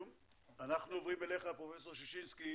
אנחנו עוברים אליך, פרופ' ששינסקי